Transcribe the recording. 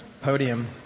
podium